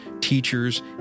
teachers